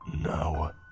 Now